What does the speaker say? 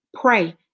pray